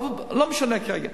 אבל לא משנה כרגע.